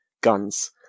guns